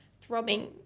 throbbing